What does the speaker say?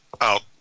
out